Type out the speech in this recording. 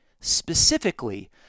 specifically